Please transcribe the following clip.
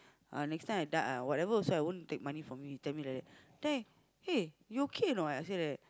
uh next time I die I whatever also I won't take money from you he tell me like that then eh you okay or not I say like that